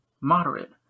Moderate